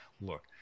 look